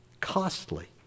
Costly